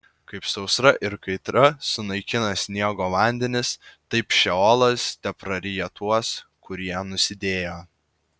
kaip sausra ir kaitra sunaikina sniego vandenis taip šeolas tepraryja tuos kurie nusidėjo